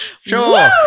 Sure